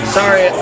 sorry